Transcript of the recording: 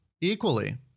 equally